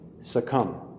succumb